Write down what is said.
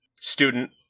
student